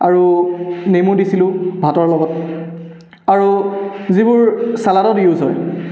আৰু নেমু দিছিলোঁ ভাতৰ লগত আৰু যিবোৰ ছালাডত ইউজ হয়